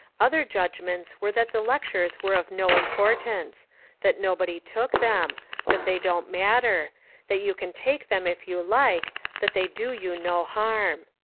other judgments were that the lectures were of no importance that nobody took them that they don't matter that you can take them if you like that they do you no harm.